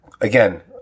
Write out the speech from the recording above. again